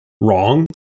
wrong